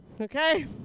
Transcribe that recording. Okay